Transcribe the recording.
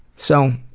so,